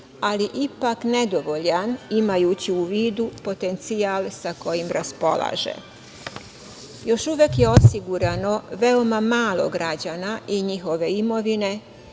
ali ipak nedovoljan, imajući u vidu potencijal sa kojim raspolaže. Još uvek je osigurano veoma malo građana i njihove imovine,